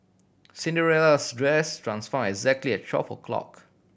Cinderella's dress transform exactly at twelve o'clock